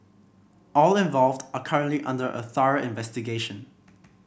all involved are currently under a through investigation